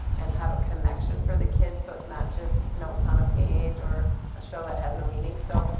and have a connection for the kids so it's not just notes on a page or a show that has no meaning. so,